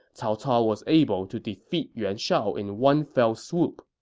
cao cao was able to defeat yuan shao in one fell swoop.